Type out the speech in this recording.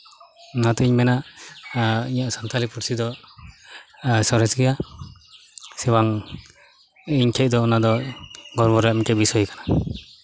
ᱚᱱᱟᱛᱤᱧ ᱢᱮᱱᱟ ᱤᱧᱟᱹᱜ ᱥᱟᱱᱛᱟᱞᱤ ᱯᱟᱹᱨᱥᱤ ᱫᱚ ᱥᱚᱨᱮᱥ ᱜᱮᱭᱟ ᱥᱮ ᱵᱟᱝ ᱤᱧ ᱴᱷᱮᱱ ᱫᱚ ᱚᱱᱟᱫᱚ ᱜᱚᱨᱵᱚ ᱨᱮᱭᱟᱜ ᱢᱤᱫᱴᱮᱱ ᱵᱤᱥᱚᱭ ᱠᱟᱱᱟ